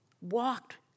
walked